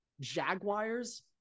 Jaguars